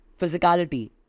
Physicality